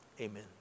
Amen